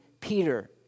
Peter